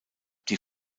die